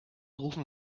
rufen